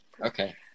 okay